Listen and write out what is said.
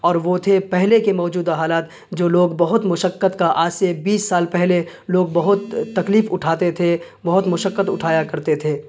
اور وہ تھے پہلے کے موجودہ حالات جو لوگ بہت مشقت کا آج سے بیس سال پہلے لوگ بہت تکلیف اٹھاتے تھے بہت مشقت اٹھایا کرتے تھے